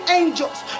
angels